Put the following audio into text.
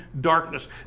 darkness